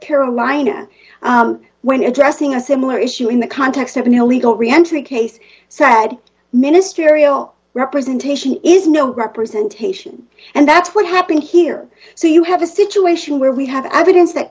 carolina when addressing a similar issue in the context of an illegal reentry case sad ministerial representation is no representation and that's what happened here so you have a situation where we have evidence that